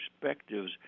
perspectives